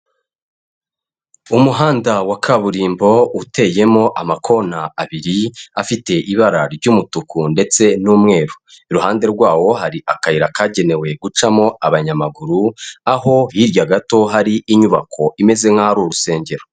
Umuhanda wa kaburimbo uteyemo amakona abiri afite ibara ry'umutuku ndetse n'umweru, iruhande rwawo hari akayira kagenewe gucamo abanyamaguru, aho hirya gato hari inyubako imeze nkaho ari urusengero.